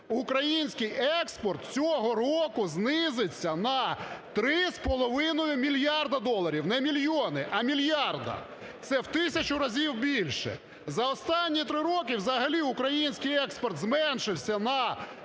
український експорт цього року знизиться на 3,5 мільярди доларів! Не мільйони, а мільярди. Це в тисячу разів більше! За останні 3 роки взагалі український експорт зменшився на